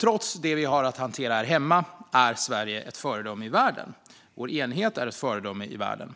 Trots de frågor vi har att hantera här hemma är Sverige ett föredöme i världen. Vår enighet är ett föredöme i världen.